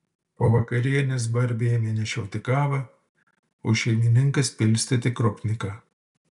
po vakarienės barbė ėmė nešioti kavą o šeimininkas pilstyti krupniką